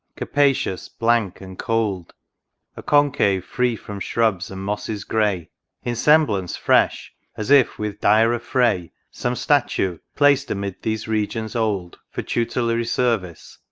capacious, blank, and cold a concave free from shrubs and mosses grey in semblance fresh, as if, with dire affray. some statue, placed amid these regions old for tutelary service,